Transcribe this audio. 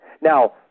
Now